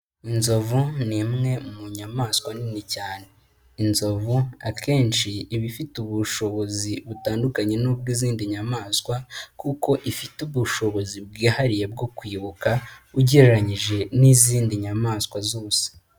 Inzovu ni imwe mu nyamaswa nini cyane. Inzovu akenshi iba ifite ubushobozi butandukanye n'ubw'izindi nyamaswa, kuko ifite ubushobozi bwihariye bwo kwibuka ugereranyije n'izindi nyamaswa zose.